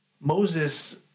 Moses